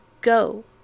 Go